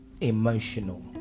emotional